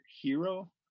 Hero